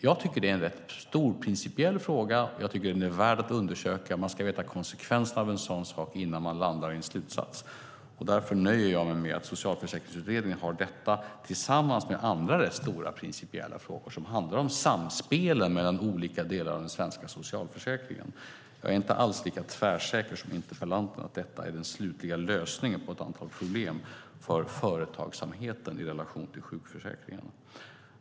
Jag tycker att det är en rätt stor principiell fråga, och jag tycker att den är värd att undersöka. Man ska veta konsekvenserna av en sådan sak innan man landar i en slutsats. Därför nöjer jag mig med att Socialförsäkringsutredningen ska arbeta med detta tillsammans med andra rätt stora principiella frågor som handlar om samspelen mellan olika delar av den svenska socialförsäkringen. Jag är inte alls lika tvärsäker som interpellanten på att detta är den slutliga lösningen på ett antal problem för företagsamheten i relation till sjukförsäkringen.